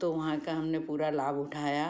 तो वहाँ का हमने पूरा लाभ उठाया